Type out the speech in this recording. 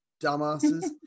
dumbasses